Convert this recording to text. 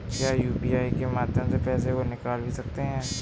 क्या यू.पी.आई के माध्यम से पैसे को निकाल भी सकते हैं?